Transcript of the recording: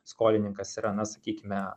skolininkas yra na sakykime